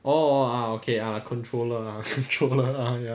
orh ah okay ah controller ah controller ah ya